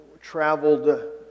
traveled